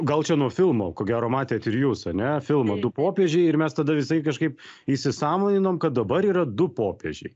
gal čia nuo filmo ko gero matėt ir jūs ane filmą du popiežiai ir mes tada visai kažkaip įsisąmoninom kad dabar yra du popiežiai